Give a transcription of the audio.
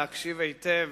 להקשיב היטב